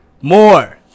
more